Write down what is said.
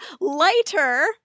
lighter